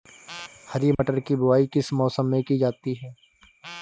हरी मटर की बुवाई किस मौसम में की जाती है?